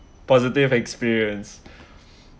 positive experience